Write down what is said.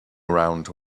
around